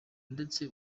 ndetse